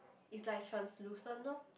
it's like translucent loh